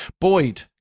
Boyd